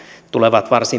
tulevat varsin